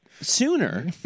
sooner